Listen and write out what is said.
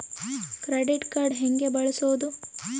Credit card ಹೆಂಗ ಬಳಸೋದು?